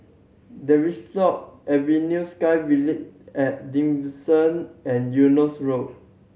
Tavistock Avenue SkyVille At and Eunos Road